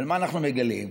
אבל מה אנחנו מגלים?